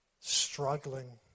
struggling